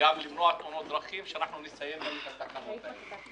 ולמנוע תאונות דרכים - שנסיים את התקנות האלה.